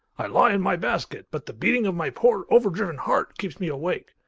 i lie in my basket, but the beating of my poor overdriven heart keeps me awake.